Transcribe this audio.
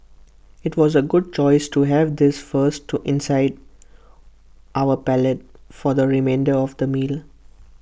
IT was A good choice to have this first to incite our palate for the remainder of the meal